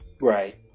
Right